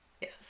Yes